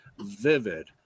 vivid